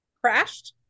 Crashed